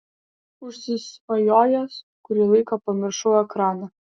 užsisvajojęs kurį laiką pamiršau ekraną